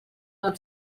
del